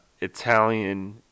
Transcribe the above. Italian